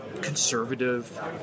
conservative